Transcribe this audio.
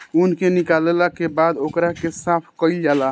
ऊन के निकालला के बाद ओकरा के साफ कईल जाला